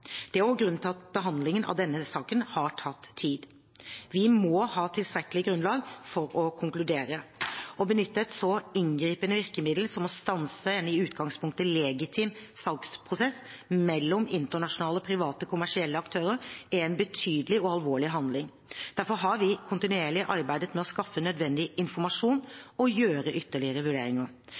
Det er også grunnen til at behandlingen av denne saken har tatt tid. Vi må ha et tilstrekkelig grunnlag for å konkludere. Å benytte et så inngripende virkemiddel som å stanse en i utgangspunktet legitim salgsprosess mellom internasjonale, private, kommersielle aktører er en betydelig og alvorlig handling. Derfor har vi kontinuerlig arbeidet med å skaffe nødvendig informasjon og gjøre ytterligere vurderinger.